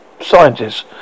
scientists